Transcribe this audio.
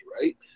right